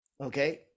Okay